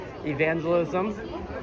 evangelism